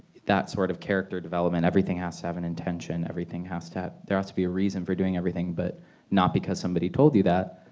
that sort of character development everything asks have an intention everything has to have there has to be a reason for doing everything but not because somebody told you that.